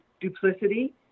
duplicity